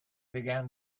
began